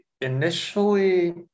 initially